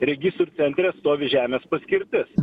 registrų centre stovi žemės paskirtis